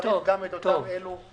צריך גם את אותם אלו שאנחנו --- מסכים.